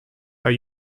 are